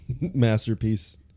masterpiece